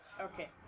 Okay